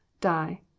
die